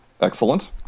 Excellent